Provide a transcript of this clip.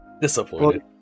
Disappointed